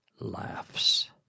laughs